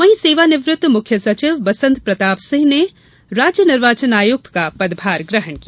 वहीं सेवानिवृत्त मुख्य सचिव बसन्त प्रताप सिंह ने राज्य निर्वाचन आयुक्त का पदभार ग्रहण किया